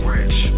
Rich